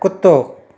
कुतो